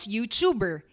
YouTuber